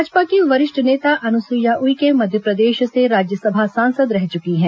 भाजपा की वरिष्ठ नेता अनुसुइया उइके मध्यप्रदेश से राज्यसभा सांसद रह चुकी हैं